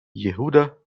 yehuda